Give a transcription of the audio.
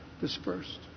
Dispersed